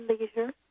leisure